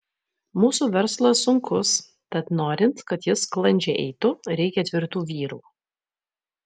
mūsų verslas sunkus tad norint kad jis sklandžiai eitų reikia tvirtų vyrų